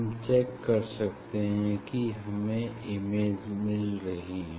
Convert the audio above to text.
हम चेक कर सकते हैं कि हमें इमेज मिल रही है